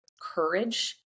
courage